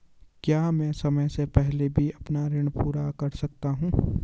क्या मैं समय से पहले भी अपना ऋण पूरा कर सकता हूँ?